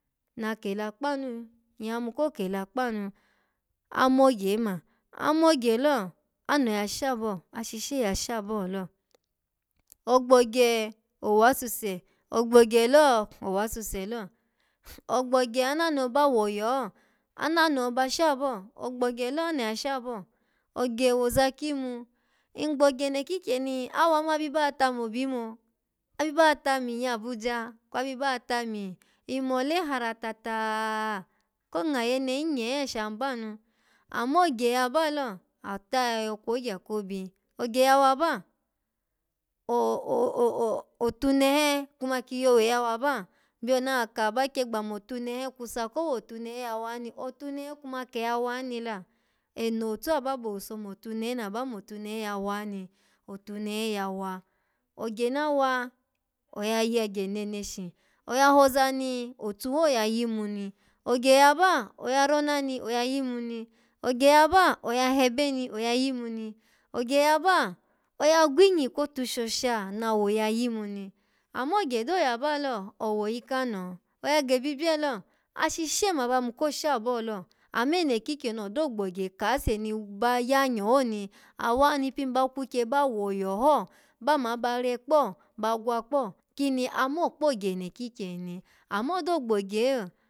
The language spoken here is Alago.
Na kela kpanu, nyya yimu ko kela kpanu. Amogye oma amogye lo, ano ya sha bo? Ashishe ya shabo lo ogbogye owasuse, ogbogye lo owasuse lo ogbogye anano ba woya ho, anano ba shabo ogbogye lo anoho ya shabo? Ogye woza kimu ngbogye enokikyeni ama bi bawa tami obi imbo abi bawa tami ya abuja kwe abi bawa tami nmole haratata ko ngayene hin nye sha banu amma ogye yaba lo, atayayo kwogya ko obi ogye ya wa ba otunehe kuma ki yowe yawa ba, byoni aka ba kyegba motunehe kusa ko wa otunehe ya wa ni, otunehe kuma ke ya wa ni la en otu ababo owuso motunehe naba motunehe yawani otunehe yawa ogye nawa, oya yagye neneshi, oya hoza oni otu ho ya yimuni ogye yaba, oya rona noya yimu ni ogye yaba oya hebe noya yimu ni ogye yaba oya gwinyi kotushosha nawo ya yimu ni amma ogye da yaba lo, owoyi kano? Oya gibyibye lo ashishe ma ba yimu ko sha bo lo amma eno kikyeni odo gbogye kase ni ba yanya ho ni, awa ni pin ba kwukye ba woya ho, ba maba re kpo ba gwa kpo, kini amo kpogye ene kikyeni ni amma odo gbogye yo.